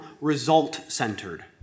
result-centered